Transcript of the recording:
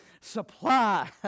supply